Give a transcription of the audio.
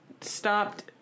stopped